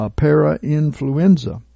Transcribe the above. parainfluenza